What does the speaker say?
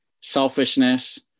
selfishness